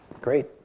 great